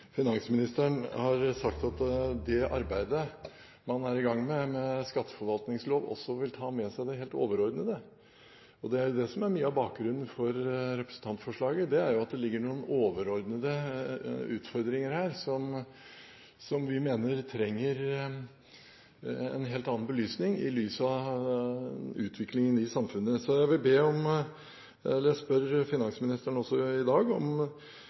finansministeren har sagt at det arbeidet man er i gang med med skatteforvaltningslov, også vil ta med seg det helt overordnede. Mye av bakgrunnen for representantforslaget er at det ligger noen overordnede utfordringer her som vi mener trenger en helt annen belysning i lys av utviklingen i samfunnet. Så jeg spør finansministeren også i dag om